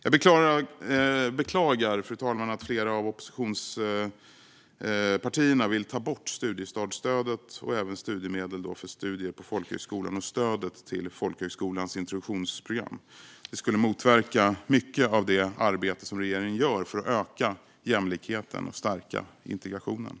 Jag beklagar att flera av oppositionspartierna vill ta bort studiestartsstödet och även studiemedel för studier på folkhögskolan samt stödet till folkhögskolans introduktionsprogram. Det skulle motverka mycket av det arbete regeringen gör för att öka jämlikheten och stärka integrationen.